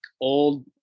old